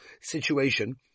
situation